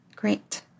Great